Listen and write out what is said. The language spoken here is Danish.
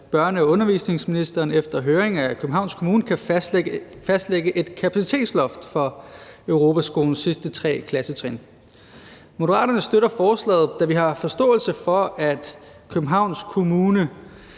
at børne- og undervisningsministeren efter høring af Københavns Kommune kan fastlægge et kapacitetsloft for Europaskolens sidste tre klassetrin. Moderaterne støtter forslaget, da vi har forståelse for, at Københavns Kommune